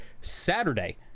saturday